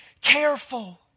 careful